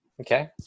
Okay